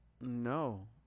No